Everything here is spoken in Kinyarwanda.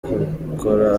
gukora